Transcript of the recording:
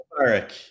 Eric